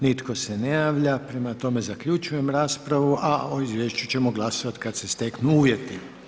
Nitko se ne javlja, prema tome zaključujem raspravu, a o izvješću ćemo glasovati kad se steknu uvjeti.